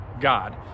God